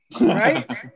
right